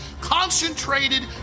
Concentrated